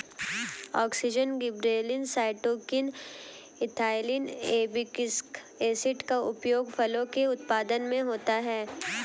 auxin, gibberellins, cytokinin, ethylene, abscisic acid का उपयोग फलों के उत्पादन में होता है